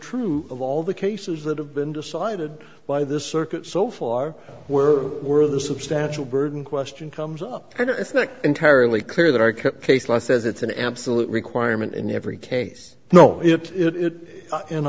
true of all the cases that have been decided by this circuit so far where were the substantial burden question comes up and it's not entirely clear that our kept case law says it's an absolute requirement in every case no it